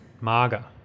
Maga